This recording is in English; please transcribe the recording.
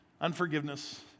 unforgiveness